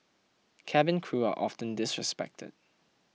cabin crew are often disrespected